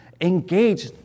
engage